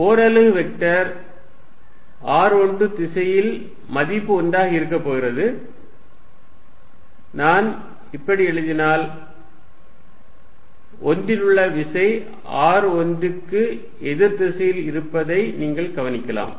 ஓர் அலகு vector r12 திசையில் மதிப்பு ஒன்றாக இருக்கப் போகிறது நான் இப்படி எழுதினால் 1 இல் உள்ள விசை r12 க்கு எதிர் திசையில் இருப்பதை நீங்கள் கவனிக்கலாம்